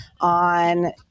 on